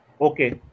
Okay